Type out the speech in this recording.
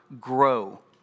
grow